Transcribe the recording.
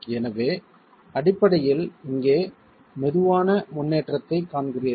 எனவே அடிப்படையில் இங்கே மெதுவான முன்னேற்றத்தைக் காண்கிறீர்கள்